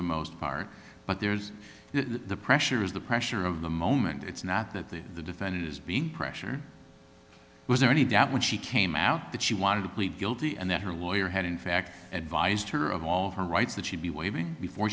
the most part but there's the pressure is the pressure of the moment it's not that the defendant is being pressure was there any doubt when she came out that she wanted to plead guilty and that her lawyer had in fact advised her of all her rights that she'd be waiving before